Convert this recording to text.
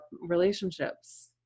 relationships